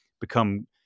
become